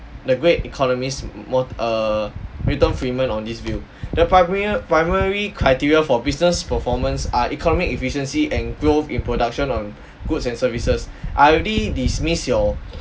the great economist mot~ err milton friedman on this view the primary primary criteria for business performance are economic efficiency and growth in production on goods and services I already dismiss your